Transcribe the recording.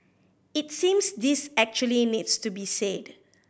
it seems this actually needs to be said